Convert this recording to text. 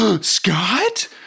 Scott